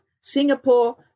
Singapore